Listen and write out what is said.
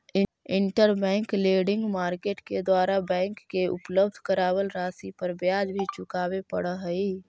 interbank lending market के द्वारा bank के उपलब्ध करावल राशि पर ब्याज भी चुकावे पड़ऽ हइ